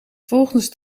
volgens